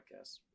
podcast